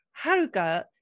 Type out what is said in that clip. Haruka